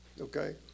Okay